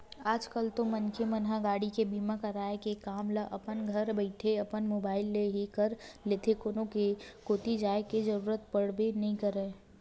आज कल तो मनखे मन ह गाड़ी के बीमा करवाय के काम ल अपन घरे बइठे अपन मुबाइल ले ही कर लेथे कोनो कोती जाय के जरुरत पड़बे नइ करय